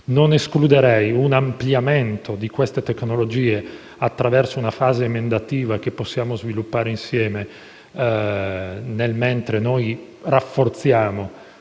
Non escluderei un ampliamento di queste tecnologie, attraverso una fase emendativa, che possiamo sviluppare insieme, mentre rafforziamo